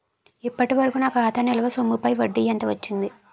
ఇప్పటి వరకూ నా ఖాతా నిల్వ సొమ్ముపై వడ్డీ ఎంత వచ్చింది?